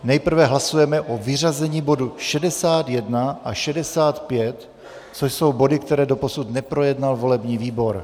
Nejprve hlasujeme o vyřazení bodu 61 a 65, což jsou body, které doposud neprojednal volební výbor.